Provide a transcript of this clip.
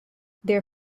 their